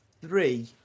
three